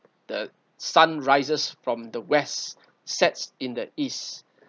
the sun rises from the west sets in the east